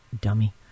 dummy